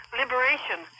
liberation